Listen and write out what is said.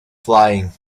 flying